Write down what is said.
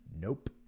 nope